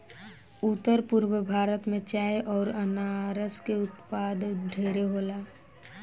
उत्तर पूरब भारत में चाय अउर अनारस के उत्पाद ढेरे होला